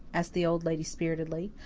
asked the old lady spiritedly.